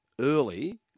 early